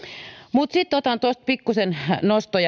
mutta sitten otan pikkuisen nostoja